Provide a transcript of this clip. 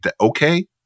Okay